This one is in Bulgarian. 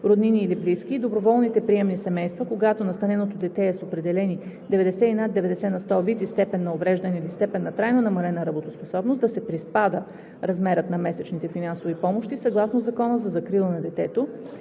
роднини или близки и доброволните приемни семейства, когато настаненото дете е с определени 90 и над 90 на сто вид и степен на увреждане или степен на трайно намалена работоспособност, да се приспада размерът на месечните финансови помощи съгласно Закона за закрила на детето,